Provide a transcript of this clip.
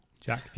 Jack